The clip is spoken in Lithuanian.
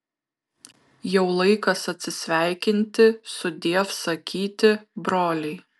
jau laikas atsisveikinti sudiev sakyti broliai